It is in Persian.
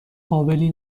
قابلی